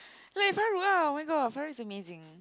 like Farouk ah oh-my-god Farouk is amazing